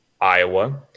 Iowa